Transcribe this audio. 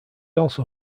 also